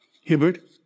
Hibbert